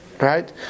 Right